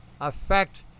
affect